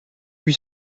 huit